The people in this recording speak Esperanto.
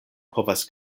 povas